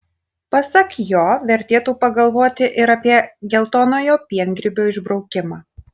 pasak jo vertėtų pagalvoti ir apie geltonojo piengrybio išbraukimą